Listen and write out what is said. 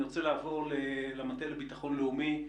אני רוצה לעבור למטה לביטחון לאומי.